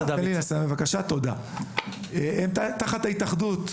תחת ההתאחדות,